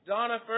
Donna